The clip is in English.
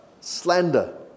Slander